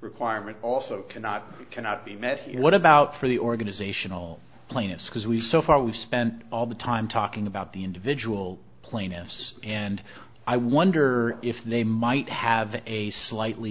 requirement also cannot cannot be met what about for the organizational plaintiffs because we so far we've spent all the time talking about the individual plaintiffs and i wonder if they might have a slightly